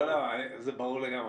זה ברור לגמרי.